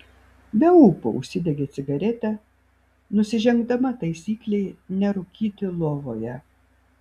be ūpo užsidegė cigaretę nusižengdama taisyklei nerūkyti lovoje